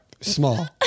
Small